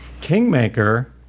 Kingmaker